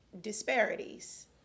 disparities